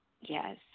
Yes